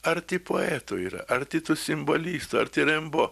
arti poetų yra arti tų simbolistų arti rembo